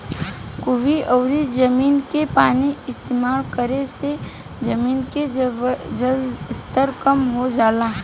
कुवां अउरी जमीन के पानी इस्तेमाल करे से जमीन के जलस्तर कम हो जाला